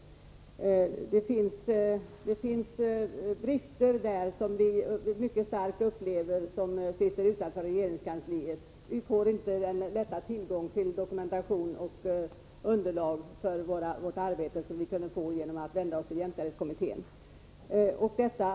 Det finns brister, som vi som sitter utanför regeringskansliet upplever mycket starkt. Vi får inte den tillgång till dokumentation och underlag för vårt arbete som vi tidigare kunde få genom att vända oss till jämställdhetskommittén.